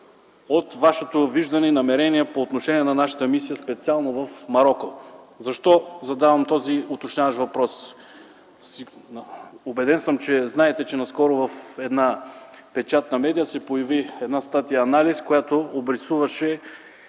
от Вашето виждане, намерение по отношение на нашата мисия, специално в Мароко. Защо задавам този уточняващ въпрос? Убеден съм, че знаете, че наскоро в една печатна медия се появи една статия-анализ, която обрисуваше